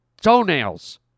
toenails